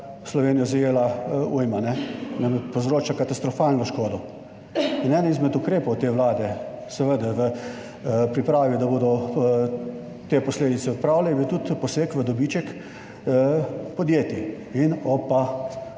Slovenijo zajela ujma, nam povzročila katastrofalno škodo. In eden izmed ukrepov te Vlade seveda v pripravi, da bodo te posledice odpravile, je bil tudi poseg v dobiček podjetij in opa,